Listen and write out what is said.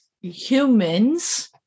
humans